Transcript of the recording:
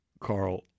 Carl